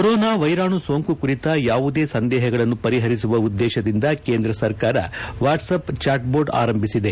corona ವೈರಾಣು ಸೋಂಕು ಕುರಿತ ಯಾವುದೇ ಸಂದೇಹಗಳನ್ನು ಪರಿಹರಿಸುವ ಉದ್ದೇತದಿಂದ ಕೇಂದ್ರ ಸರ್ಕಾರ ವಾಟ್ ಆಪ್ ಚಾಟ್ಬೋಟ್ ಆರಂಭಿಸಿದೆ